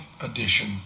Edition